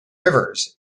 rivers